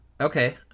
Okay